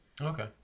Okay